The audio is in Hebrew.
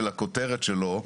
לכותרת שלו,